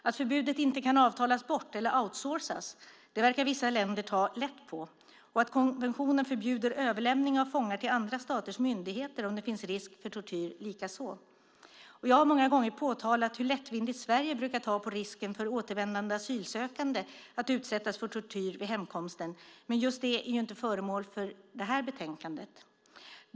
Att förbudet inte kan avtalas bort, eller outsourcas, verkar vissa länder ta lätt på, likaså att konventionen förbjuder överlämning av fångar till andra staters myndigheter om det finns risk för tortyr. Jag har många gånger påtalat hur lättvindigt Sverige brukar ta på risken att återvändande asylsökande utsätts för tortyr vid hemkomsten, men just det är inte föremål för det här betänkandet.